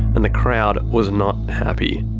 and the crowd was not happy.